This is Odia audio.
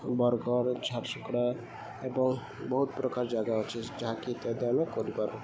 ବରଗଡ଼ ଝାରସୁଗୁଡା ଏବଂ ବହୁତ ପ୍ରକାର ଜାଗା ଅଛି ଯାହାକି ଇତ୍ୟାଦି ଆମେ କରିପାରୁ